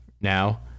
now